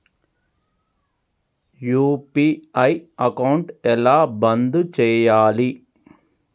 UPI account ఎలా బంద్ చేయాలి?